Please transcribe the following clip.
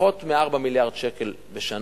פחות מ-4 מיליארד שקל בשנה,